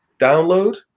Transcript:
download